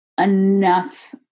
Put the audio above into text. enough